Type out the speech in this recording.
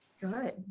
good